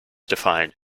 define